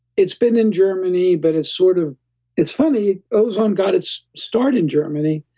it's been in germany, but it's sort of it's funny, ozone got its start in germany,